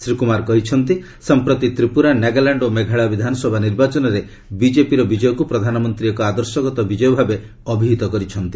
ଶ୍ରୀ କୃମାର କହିଛନ୍ତି ସମ୍ପ୍ରତି ତ୍ରିପ୍ରରା ନାଗାଲ୍ୟାଣ୍ଡ ଓ ମେଘାଳୟ ବିଧାନସଭା ନିର୍ବାଚନରେ ବିଜେପିର ବିଜୟକ୍ତ ପ୍ରଧାନମନ୍ତ୍ରୀ ଏକ ଆଦର୍ଶଗତ ବିଜୟ ଭାବେ ଅଭିହିତ କରିଛନ୍ତି